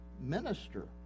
minister